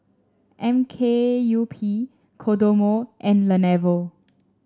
M K U P Kodomo and Lenovo